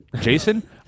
Jason